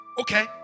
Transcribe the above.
okay